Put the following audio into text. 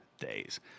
days